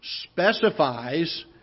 specifies